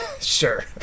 Sure